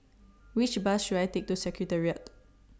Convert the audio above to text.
Which Bus should I Take to Secretariat